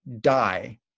die